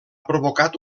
provocat